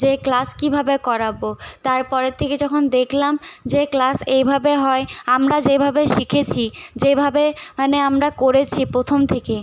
যে ক্লাস কীভাবে করাবো তারপরের থেকে যখন দেখলাম যে ক্লাস এইভাবে হয় আমরা যেভাবে শিখেছি যেইভাবে মানে আমরা করেছি প্রথম থেকে